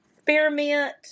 Spearmint